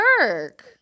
work